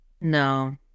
No